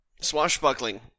swashbuckling